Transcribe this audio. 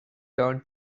turned